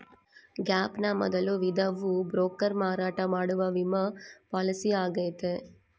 gap ನ ಮೊದಲ ವಿಧವು ಬ್ರೋಕರ್ ಮಾರಾಟ ಮಾಡುವ ವಿಮಾ ಪಾಲಿಸಿಯಾಗೈತೆ